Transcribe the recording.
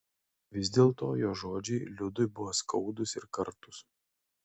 vis dėlto jo žodžiai liudui buvo skaudūs ir kartūs